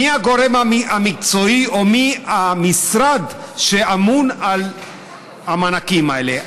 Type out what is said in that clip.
מי הגורם המקצועי או מי המשרד שאמון על המענקים האלה.